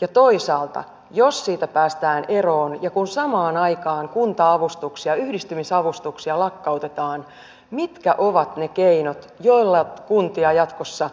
ja toisaalta jos siitä päästään eroon ja kun samaan aikaan kunta avustuksia yhdistymisavustuksia lakkautetaan mitkä ovat ne keinot joilla kuntia jatkossa